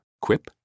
Quip